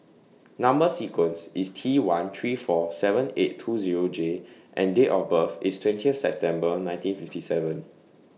Number sequence IS T one three four seven eight two Zero J and Date of birth IS twenty September nineteen fifty seven